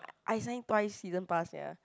I sign twice season pass sia